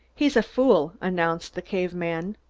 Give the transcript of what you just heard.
he's a fool! announced the cave man.